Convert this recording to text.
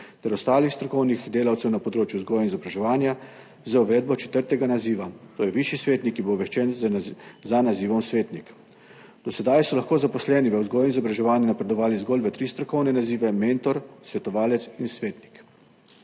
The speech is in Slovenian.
ter ostalih strokovnih delavcev na področju vzgoje in izobraževanja z uvedbo četrtega naziva, to je višji svetnik, ki bo obveščen za nazivom svetnik. Do sedaj so lahko zaposleni v vzgoji in izobraževanju napredovali zgolj v tri strokovne nazive mentor, svetovalec in svetnik.